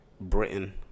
Britain